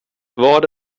vad